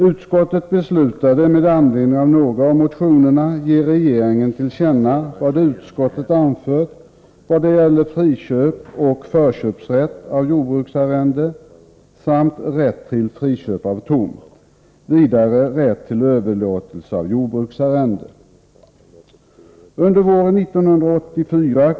Utskottet hemställde med anledning av några av motionerna att riksdagen skulle ge regeringen till känna vad utskottet anfört vad det gällde friköp och förköpsrätt beträffande jordbruksarrende samt rätt till friköp av tomtmark och rätt till överlåtelse av jordbruksarrende.